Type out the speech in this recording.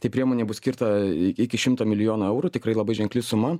tai priemonei bus skirta i iki šimto milijonų eurų tikrai labai ženkli suma